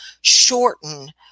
shorten